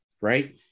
right